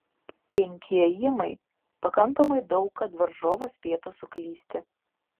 penki ėjimai pakankamai daug kad varžovas spėtų suklysti